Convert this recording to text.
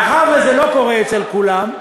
מאחר שזה לא קורה אצל כולם,